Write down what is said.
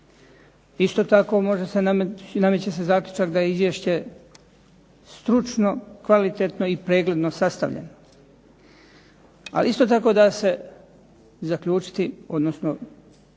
Isto tako, nameće se zaključak da je izvješće stručno, kvalitetno i pregledno sastavljeno. Ali isto tako da se zaključiti odnosno